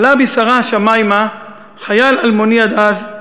עלה בסערה השמימה חייל אלמוני עד אז,